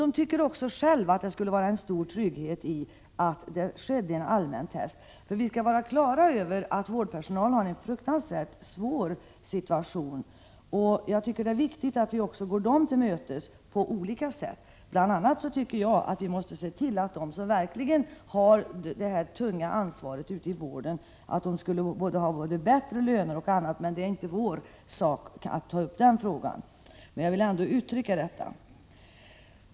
De tycker också att det skulle vara en stor trygghet om vi hade allmänna test. Vi skall vara klara över att vårdpersonalen befinner sig i en fruktansvärt svår situation. Det är därför viktigt att vi också går personalen till mötes på olika sätt. Jag tycker att vi måste se till att den vårdpersonal som har det här tunga ansvaret bl.a. får bättre löner. Men det är inte vår sak att ta upp den frågan nu. Jag ville ändå ge uttryck för detta.